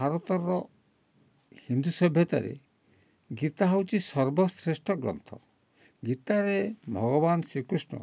ଭାରତର ହିନ୍ଦୁ ସଭ୍ୟତାରେ ଗୀତା ହେଉଛି ସର୍ବଶ୍ରେଷ୍ଠ ଗ୍ରନ୍ଥ ଗୀତାରେ ଭଗବାନ ଶ୍ରୀକୃଷ୍ଣ